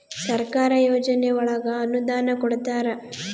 ಸರ್ಕಾರ ಯೋಜನೆ ಒಳಗ ಅನುದಾನ ಕೊಡ್ತಾರ